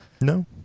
No